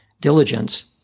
diligence